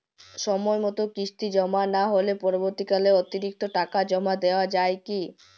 সময় মতো কিস্তি জমা না হলে পরবর্তীকালে অতিরিক্ত টাকা জমা দেওয়া য়ায় কি?